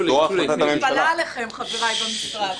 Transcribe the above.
אני מתפלאת עליכם, חבריי במשרד.